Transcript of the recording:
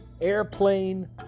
airplane